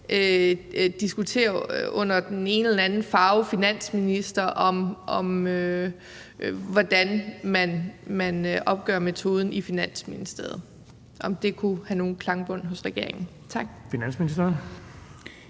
diskutere under den ene eller anden farve finansminister, hvordan man opgør metoden i Finansministeriet, altså om det kunne have nogen klangbund hos regeringen. Tak.